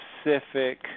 specific